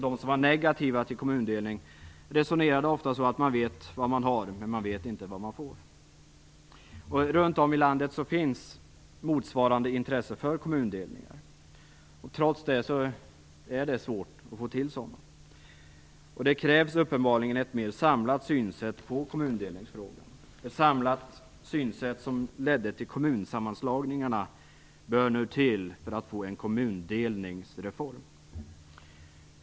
De som var negativa till kommundelningen resonerade ofta som så att man vet vad man har, men man vet inte vad man får. Runt om i landet finns ett intresse för kommundelningar. Trots detta är det svårt att få till sådana. Det krävs uppenbarligen ett mer samlat synsätt på kommundelningsfrågor. Ett lika samlat synsätt som det som ledde till kommunsammanslagningarna måste nu till för att vi skall få en kommundelningsreform.